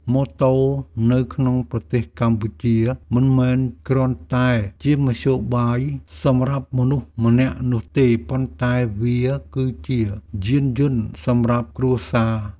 ម៉ូតូនៅក្នុងប្រទេសកម្ពុជាមិនមែនគ្រាន់តែជាមធ្យោបាយសម្រាប់មនុស្សម្នាក់នោះទេប៉ុន្តែវាគឺជាយានយន្តសម្រាប់គ្រួសារ។